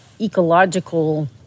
ecological